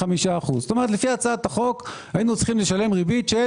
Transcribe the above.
כלומר לפי החוק היינו צריכים לשלם ריבית של